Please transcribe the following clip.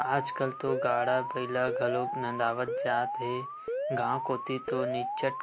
आजकल तो गाड़ा बइला घलोक नंदावत जात हे गांव कोती तो निच्चट